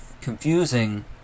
confusing